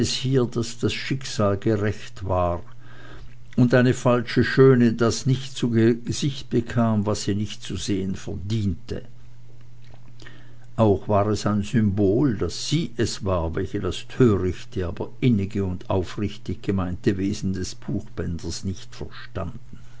hier daß das schicksal gerecht war und eine falsche schöne das nicht zu gesicht bekam was sie nicht zu sehen verdiente auch war es ein symbol daß sie es war welche das törichte aber innige und aufrichtig gemeinte wesen des buchbinders nicht verstanden